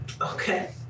Okay